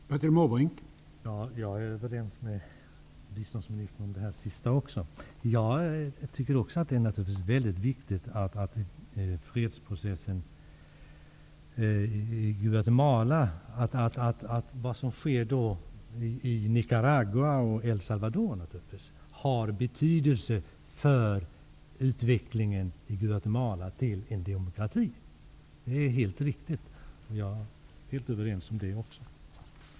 Herr talman! Jag är överens med biståndsministern också om det här sista. Även jag tycker naturligtvis att fredsprocessen i Nicaragua och El Salvador har betydelse för utvecklingen mot demokrati i Guatemala.